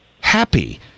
happy